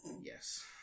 Yes